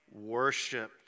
worshipped